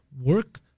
work